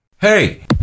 hey